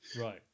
Right